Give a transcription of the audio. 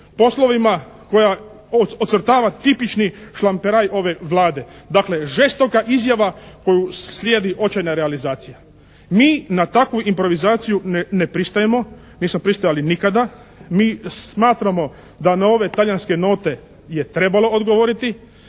poslovima koja ocrtava tipični šlamperaj ove Vlade. Dakle žestoka izjava koju slijedi očajna realizacija. Mi na takvu improvizaciju ne pristajemo, nismo pristajali nikada. Mi smatramo da na ove talijanske note je trebalo odgovoriti.